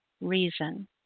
reason